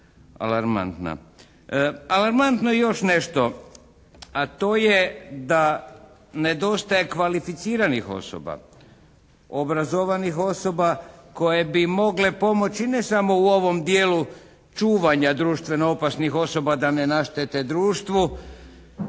Alarmantno je još nešto a to je da nedostaje kvalificiranih osoba, obrazovanih osoba koje bi mogle pomoći ne samo u ovom dijelu čuvanja društveno opasnih osoba da ne naštete društvu